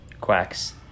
Quacks